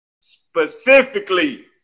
Specifically